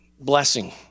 blessing